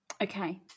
Okay